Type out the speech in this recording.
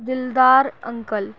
Dildar uncle